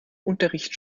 unterricht